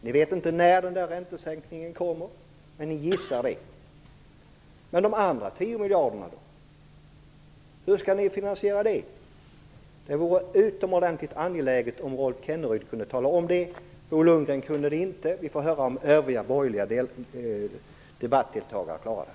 Ni vet inte när den där räntesänkningen kommer, men ni gissar. Men de andra 10 miljarder kronorna, då? Hur skall ni finansiera dem? Det är utomordentligt angeläget att Rolf Kenneryd talar om det. Bo Lundgren kunde det inte. Vi får höra om övriga borgerliga debattdeltagare klarar det.